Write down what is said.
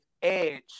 Edge